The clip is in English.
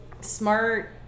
SMART